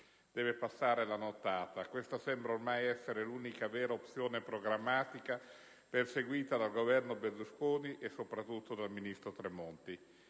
Deve passare la nottata. Questa sembra ormai essere l'unica vera opzione programmatica perseguita dal Governo Berlusconi e, soprattutto, dal ministro Tremonti.